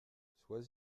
sois